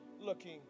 looking